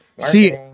See